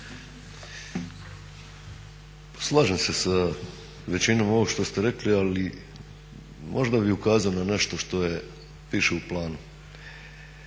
Slažem se sa većinom ovog što ste rekli, ali možda bi ukazao na nešto što piše u planu.